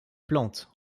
plante